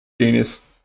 Genius